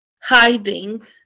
hiding